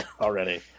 already